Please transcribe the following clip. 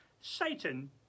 satan